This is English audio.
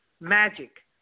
magic